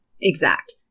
exact